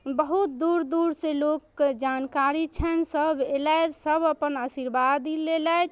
बहुत दूर दूरसँ लोकके जानकारी छनि सभ अएलथि सभ अपन आशीर्वादी लेलथि